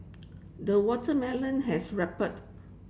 the watermelon has ripened